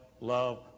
love